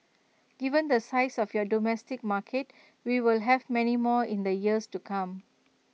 given the size of your domestic market we will have many more in the years to come